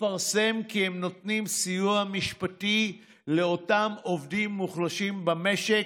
לפרסם כי הן נותנות סיוע משפטי לאותם עובדים מוחלשים במשק,